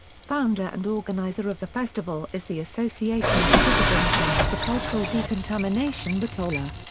founder and organizer of the festival is the association of citizens center for cultural decontamination bitola.